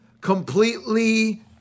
completely